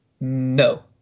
No